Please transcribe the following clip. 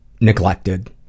neglected